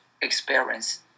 experience